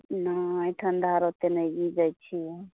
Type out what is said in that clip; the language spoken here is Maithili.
नहि ठण्डा आर ओते नहि गीजै छियै